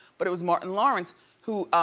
but it was martin lawrence who